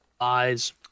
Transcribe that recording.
eyes